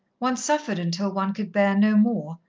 one suffered until one could bear no more,